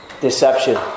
deception